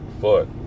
foot